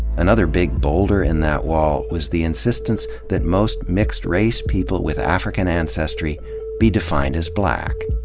another big boulder in that wall was the insistence that most mixed-race people with african ancestry be defined as black.